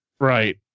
right